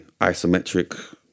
isometric